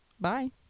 Bye